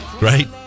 Right